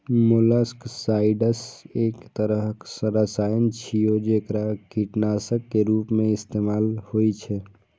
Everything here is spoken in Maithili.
मोलस्कसाइड्स एक तरहक रसायन छियै, जेकरा कीटनाशक के रूप मे इस्तेमाल होइ छै